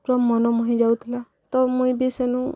ପୁର ମନ ମୋହିଯାଉଥିଲା ତ ମୁଇଁ ବି ସେନୁ